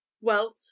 wealth